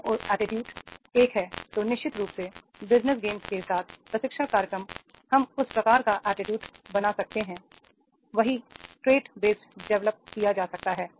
team orientation attitude एक है तो निश्चित रूप से के साथ प्रशिक्षण कार्यक्रम हम उस प्रकार का एटीट्यूड बना सकते हैं यही ट्रेट बेस्ड डेवलप किया जा सकता है